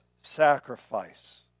sacrifice